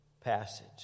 passage